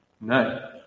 No